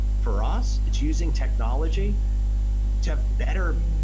for us, it's using technology to have better,